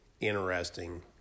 interesting